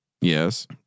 Yes